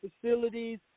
facilities